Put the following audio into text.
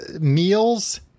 meals